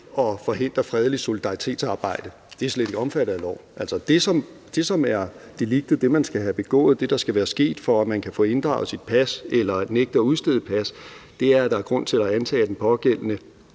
at forhindre fredeligt solidaritetsarbejde; det er slet ikke omfattet af loven. Altså, det, som er deliktet; det, man skal have begået; det, der skal være sket, for at man kan få inddraget sit pas eller blive nægtet at få udstedt et pas, er, at »der er grund til at antage, at den pågældende